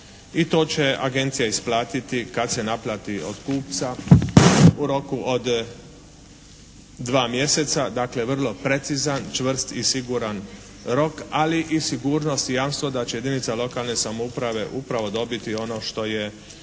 i to će agencija isplatiti kad se naplati od kupca u roku od 2 mjeseca, dakle vrlo precizan, čvrst i siguran rok, ali i sigurnost i jamstvo da će jedinica lokalne samouprave upravo dobiti ono što je